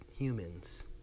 humans